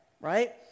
right